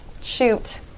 Shoot